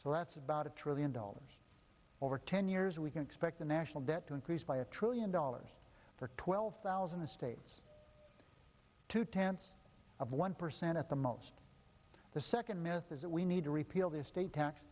so that's about a trillion dollars over ten years we can expect the national debt to increase by a trillion dollars for twelve thousand and two tenths of one percent at the most the second myth is that we need to repeal the estate t